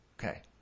Okay